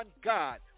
God